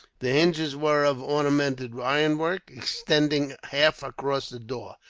the hinges were of ornamented ironwork, extending half across the door.